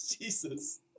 Jesus